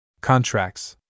Contracts